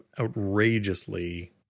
outrageously